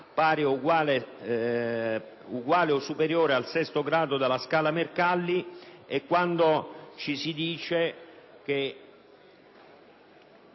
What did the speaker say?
pari o superiore al sesto grado della scala Mercalli e quando si dice che